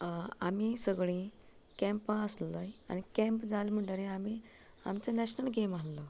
आमी सगळीं कॅम्पा आसलय आनी कॅम्प जाल म्हणटरे आमी आमचे नॅशनल गॅम आसलो